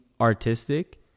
artistic